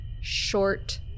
short